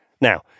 Now